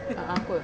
a'ah kot